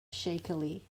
shakily